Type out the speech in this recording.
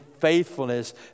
faithfulness